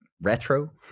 retro